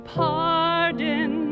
pardon